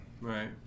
Right